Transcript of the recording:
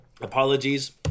Apologies